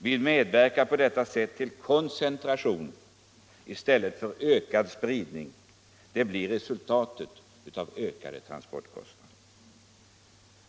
Vi medverkar på detta sätt till koncentration i stället för till ökad spridning — det blir resultatet av ökade transportkostnader.